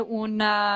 una